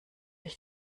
ich